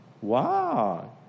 Wow